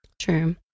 true